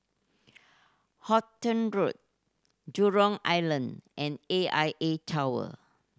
Halton Road Jurong Island and A I A Tower